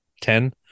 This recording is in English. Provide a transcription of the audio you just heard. ten